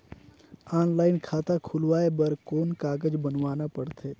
Online खाता खुलवाय बर कौन कागज बनवाना पड़थे?